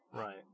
Right